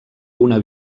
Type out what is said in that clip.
una